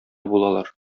булалар